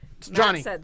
Johnny